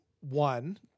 one